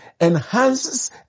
enhances